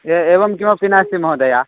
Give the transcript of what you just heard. ए एवं किमपि नास्ति महोदया